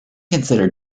consider